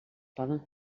poden